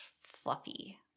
fluffy